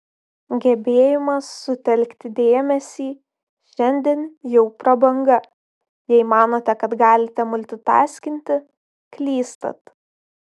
gebėjimas sutelkti dėmesį šiandien jau prabanga jei manote kad galite multitaskinti klystat